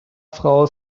frau